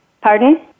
Pardon